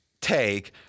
take